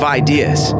ideas